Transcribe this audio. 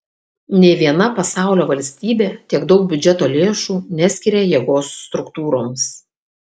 nė viena pasaulio valstybė tiek daug biudžeto lėšų neskiria jėgos struktūroms